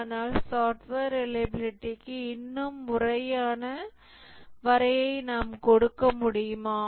ஆனால் சாஃப்ட்வேர் ரிலையபிலிடிக்கு இன்னும் முறையான வரையறையை நாம் கொடுக்க முடியுமா